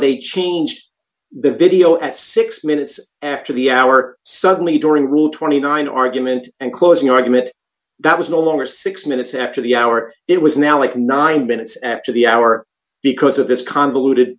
they changed the video at six minutes after the hour suddenly during rule twenty nine dollars argument and closing argument that was no longer six minutes after the hour it was now i cannot i minutes after the hour because of this convoluted